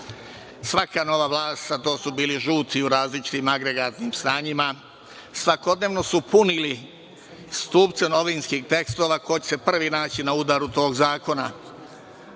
veka. Svaka nova vlast, a to su bili žitu u različitim agregatnim stanjima, svakodnevno su punili stupce novinskih tekstova ko će se prvi naći na udaru tog zakona. Bilo